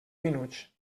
minuts